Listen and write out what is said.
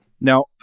Now